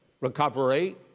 recovery